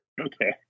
Okay